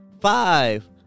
five